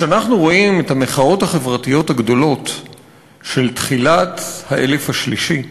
כשאנחנו רואים את המחאות החברתיות הגדולות של תחילת האלף השלישי,